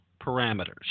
parameters